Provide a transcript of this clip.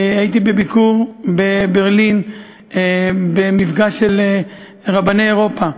הייתי בביקור בברלין, במפגש של רבני אירופה.